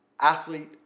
athlete